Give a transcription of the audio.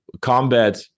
combat